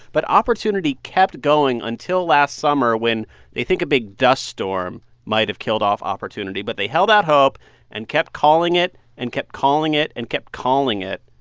but opportunity kept going until last summer when they think a big dust storm might have killed off opportunity. but they held out hope and kept calling it and kept calling it and kept calling it,